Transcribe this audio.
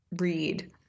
read